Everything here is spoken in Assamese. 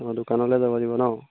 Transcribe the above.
দোকানলৈ যাব লাগিব ন